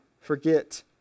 forget